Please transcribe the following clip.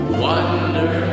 wonder